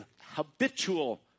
habitual